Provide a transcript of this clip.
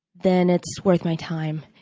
then it's worth my time.